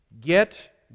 Get